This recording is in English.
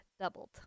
doubled